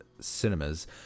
cinemas